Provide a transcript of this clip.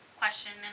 question